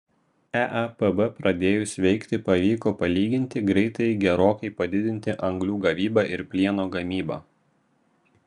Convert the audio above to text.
eapb pradėjus veikti pavyko palyginti greitai gerokai padidinti anglių gavybą ir plieno gamybą